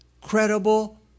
credible